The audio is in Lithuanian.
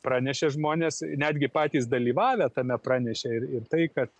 pranešė žmonės netgi patys dalyvavę tame pranešė ir ir tai kad